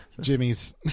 Jimmy's